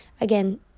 again